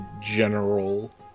General